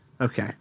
Okay